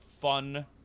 fun